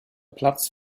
platz